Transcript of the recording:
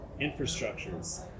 infrastructures